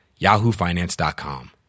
yahoofinance.com